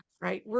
right